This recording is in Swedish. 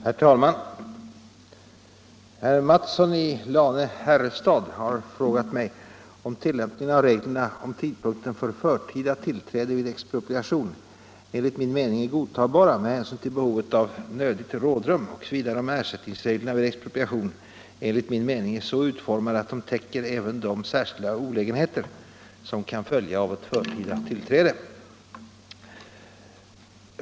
Herr talman! Herr Mattsson i Lane-Herrestad har frågat mig, om tilllämpningen av reglerna om tidpunkten för förtida tillträde vid expropriation enligt min mening är godtagbara med hänsyn till behovet av nödigt rådrum och om ersättningsreglerna vid expropriation enligt min mening är så utformade att de täcker även de särskilda olägenheter som kan följa av ett förtida tillträde.